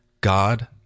God